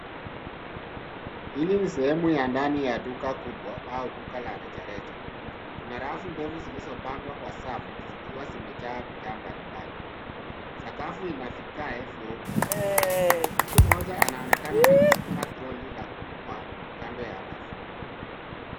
Hii ni sehemu ya ndani ya duka kubwa au duka ya rejareja .Kuna rafu ndefu zilizopangwa kwa safu zikiwa zimejaa bidhaa mbalimbali. Sakafu ina vagae vyeupe, mtu mmoja anaonekana akisukuma troli la kununua kando ya rafu.